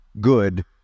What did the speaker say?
good